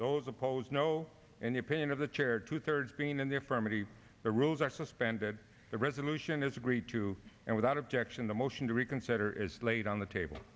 those opposed no in the opinion of the chair two thirds being in their pharmacy the rules are suspended the resolution is agreed to and without objection the motion to reconsider is laid on the table